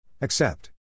Accept